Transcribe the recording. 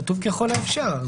כתוב "ככל האפשר".